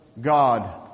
God